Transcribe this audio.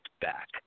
back